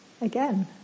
again